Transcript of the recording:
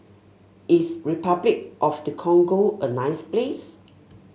is Repuclic of the Congo a nice place